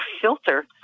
filter